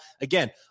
Again